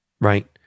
Right